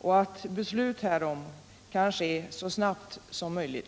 och att beslut härom kan fattas så snabbt som möjligt.